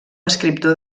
escriptor